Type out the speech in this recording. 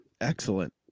Excellent